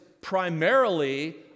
primarily